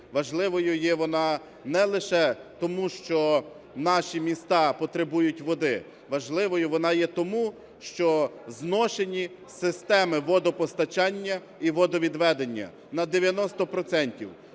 Важливою є вона не лише, тому що наші міста потребують води, важливою вона є тому, що зношені системи водопостачання і водовідведення на 90